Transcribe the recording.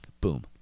Boom